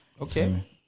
Okay